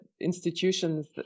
institutions